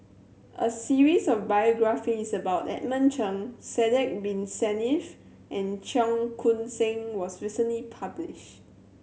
a series of biographies about Edmund Cheng Sidek Bin Saniff and Cheong Koon Seng was recently published